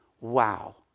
wow